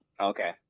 Okay